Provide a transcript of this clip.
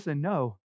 no